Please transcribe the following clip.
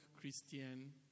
Christian